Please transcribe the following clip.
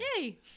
Yay